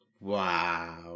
Wow